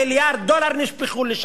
100 מיליארד דולר נשפכו לשם.